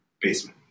basement